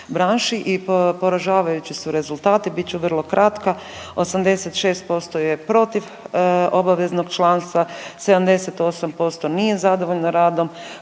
i poražavajući su rezultati. Bit ću vrlo kratka, 86% je protiv obaveznog članstva, 78% nije zadovoljno radom